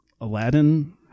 Aladdin